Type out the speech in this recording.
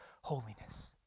holiness